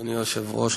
אדוני היושב-ראש,